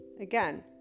Again